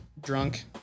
drunk